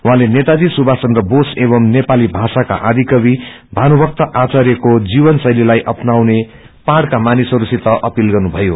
उहाँले नेताजी सुथाष चन्द्र बोस एवमू नेपाली भाषाका आदिकवि भानुभक्त आर्चायको जीवन शेलीलाई अपनाउने पहाड़का मानिसहस्सित अपीत गर्नुभयो